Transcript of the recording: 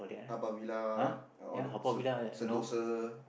Haw-Par-Villa all that sen~ Sentosa